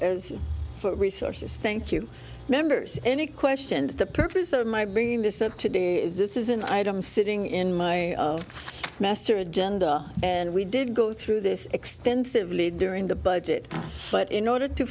for resources thank you members any questions the purpose of my bringing this up today is this is an item sitting in my master agenda and we did go through this extensively during the budget but in order to